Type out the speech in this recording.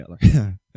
together